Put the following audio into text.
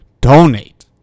donate